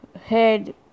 head